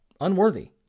unworthy